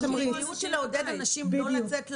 המדיניות של לעודד אנשים לא לצאת עבודה,